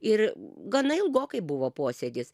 ir gana ilgokai buvo posėdis